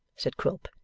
said quilp,